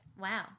Wow